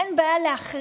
אין לי בעיה להחריג,